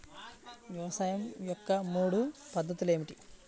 వ్యవసాయం యొక్క మూడు పద్ధతులు ఏమిటి?